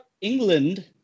England